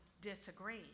disagree